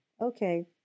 Okay